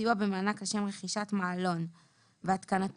סיוע במענק לשם רכישת מעלון והתקנתו